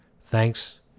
Thanks